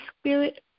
Spirit